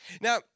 Now